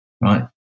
Right